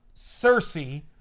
Cersei